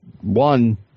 One